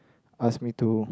ask me to